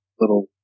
little